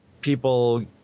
people